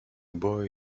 boy